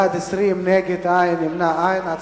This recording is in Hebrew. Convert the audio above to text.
בעד, 20, נגד, אין, נמנעים, אין.